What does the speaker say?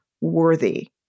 worthy